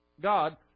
God